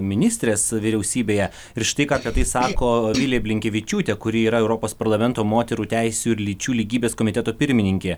ministrės vyriausybėje ir štai ką apie tai sako vilija blinkevičiūtė kuri yra europos parlamento moterų teisių ir lyčių lygybės komiteto pirmininkė